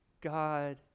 God